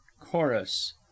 chorus